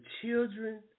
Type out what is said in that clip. children